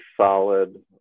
solid